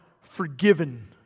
forgiven